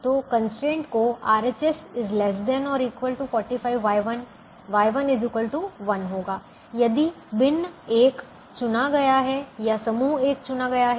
तो कंस्ट्रेंट को RHS ≤ 45Y1 Y1 1 होगा यदि बिन 1 चुना गया है या समूह 1 चुना गया है